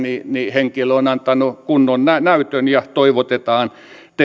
henkilö on antanut kunnon näytön ja toivotetaan